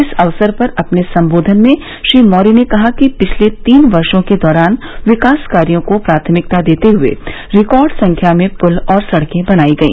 इस अवसर पर अपने सम्बोधन में श्री मौर्य ने कहा कि पिछले तीन वर्षो के दौरान विकास कार्यो को प्राथमिकता देते हुए रिकार्ड संख्या में पुल और सड़के बनाई गई